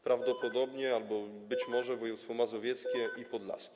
Prawdopodobnie albo być może województwa mazowieckie i podlaskie.